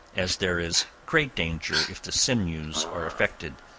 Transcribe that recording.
as there is great danger if the sinews are affected.